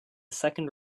second